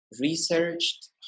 researched